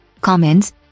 comments